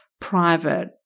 private